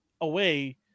away